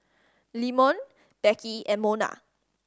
Leamon Beckie and Mona